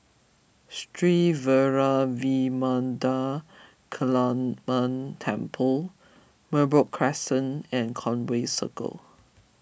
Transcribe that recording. Sri Vairavimada Kaliamman Temple Merbok Crescent and Conway Circle